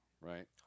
Right